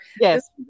yes